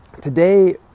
today